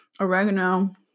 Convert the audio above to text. oregano